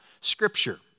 Scripture